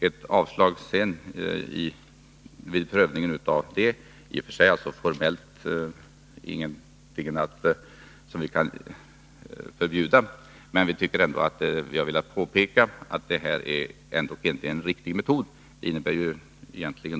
Ett avslag på ansökan om statligt lån — i och för sig inte någonting som vi formellt kan förbjuda — är inte en riktig metod, vilket vi har velat påpeka.